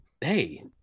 hey